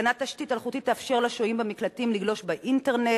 התקנת תשתית אלחוטית תאפשר לשוהים במקלטים לגלוש באינטרנט,